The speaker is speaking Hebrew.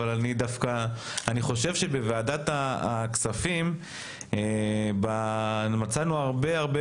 אבל אני חושב שבוועדת הכספים מצאנו הרבה הרבה